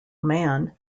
man